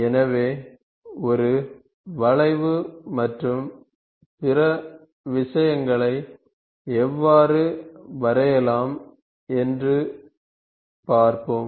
எனவே ஒரு வளைவு மற்றும் பிற விஷயங்களை எவ்வாறு வரையலாம் என்று பார்ப்போம்